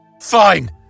Fine